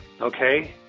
Okay